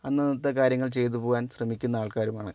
അന്നന്നത്തെ കാര്യങ്ങൾ ചെയ്തു പോകാൻ ശ്രമിക്കുന്ന ആൾക്കാരുമാണ്